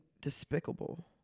despicable